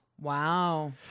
Wow